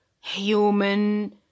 human